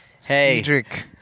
Cedric